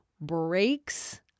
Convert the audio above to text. breaks